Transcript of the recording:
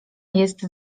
jest